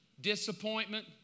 disappointment